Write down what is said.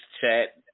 chat